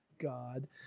God